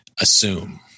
assume